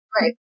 Right